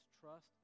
trust